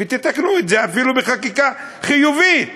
ותתקנו את זה אפילו בחקיקה חיובית.